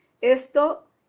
Esto